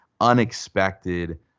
unexpected